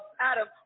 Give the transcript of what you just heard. Adam